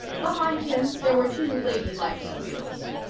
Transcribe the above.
behind him there were two ladylike squeals.